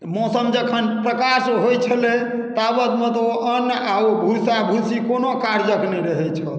मौसम जखन प्रकाश होइत छलै ताबतमे तऽ ओ अन्न आ ओ भूसा भूसी कोनो कार्यक नहि रहैत छल